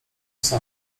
sam